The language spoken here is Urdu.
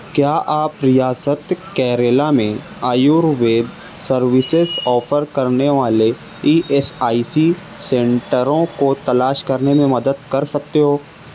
کیا آپ ریاست کیرلا میں آیوروید سروسز آفر کرنے والے ای ایس آئی سی سنٹروں کو تلاش کرنے میں مدد کر سکتے ہو